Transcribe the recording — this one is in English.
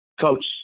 coach